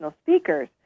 Speakers